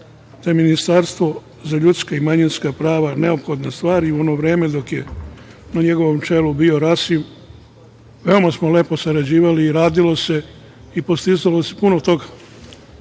da Ministarstvo za ljudska i manjinska prava je neophodna stvar i u ono vreme kada je na njegovom čelu bio Rasim veoma smo lepo sarađivali i radilo se i postizalo se puno toga. Onda